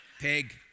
pig